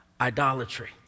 idolatry